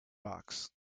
box